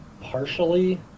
partially